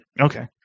Okay